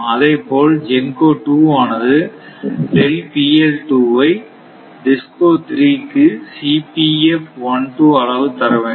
அதே போல GENCO 1 ஆனது ஐ DISCO 2 இக்குஅளவு தர வேண்டும்